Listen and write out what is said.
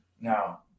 now